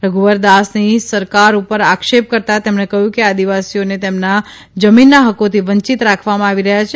રધુવરદાસની સરકાર ઉપર આક્ષેપ કરતાં તેમણે કહ્યું કે આદિવાસીઓને તેમના જમીનના હક્કોથી વંચિત રાખવામાં આવી રહ્યા છે